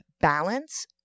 Balance